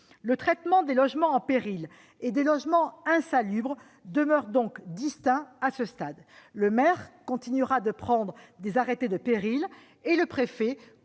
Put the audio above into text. Le traitement des logements en péril et celui des logements insalubres demeurent donc distincts à ce stade. Le maire continuera de prendre des arrêtés de péril et le préfet